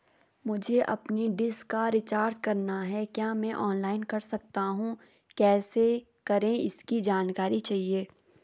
मुझे अपनी डिश का रिचार्ज करना है क्या मैं ऑनलाइन कर सकता हूँ कैसे करें इसकी जानकारी चाहिए?